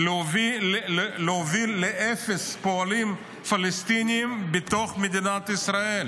להוביל לאפס פועלים פלסטינים בתוך מדינת ישראל.